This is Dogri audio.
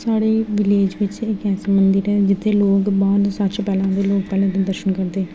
साढ़े विलेज़ बिच इक ऐसा मंदिर ऐ जि'त्थें लोग बाहर दा सारें शा पैह्लें आंदे ते लोग पैह्लें दर्शन करदे न